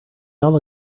all